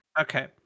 Okay